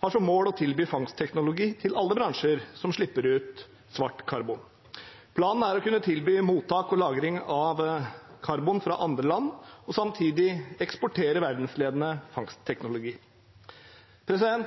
har som mål å tilby fangstteknologi til alle bransjer som slipper ut svart karbon. Planen er å kunne tilby mottak og lagring av karbon fra andre land og samtidig eksportere verdensledende fangstteknologi.